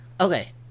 Okay